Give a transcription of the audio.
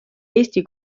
eesti